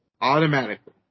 Automatically